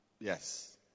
Yes